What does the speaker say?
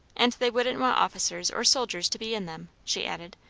and they wouldn't want officers or soldiers to be in them, she added,